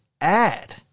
add